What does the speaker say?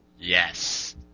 Yes